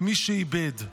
מי שאיבד.